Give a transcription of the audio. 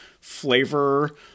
flavor